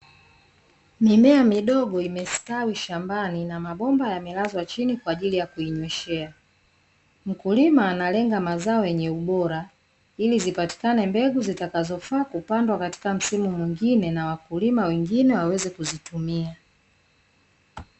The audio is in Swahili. Mimea midogo imestawi shambani na mabomba yamelazwa chini kwa ajili ya kuinyweshea, mkulima analenga mazao yenye ubora ili zipatikane mbegu zitakazofaa kupandwa katika msimu mwingine na wakulima wengine waweze kuzitumia.